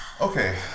Okay